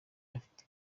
bafite